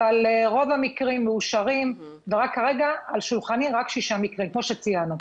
אבל רוב המקרים מאושרים וכרגע על שולחני רק שישה מקרים כמו שציינו.